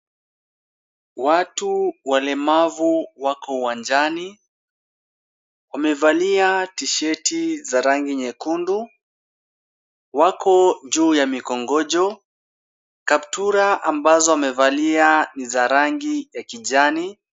Watu walemavu wako uwanjani. Wamevalia T-sheti za rangi nyekundu. Wako juu ya mikongojo. Kaptura ambazo wamevalia ni za rangi ya kijani,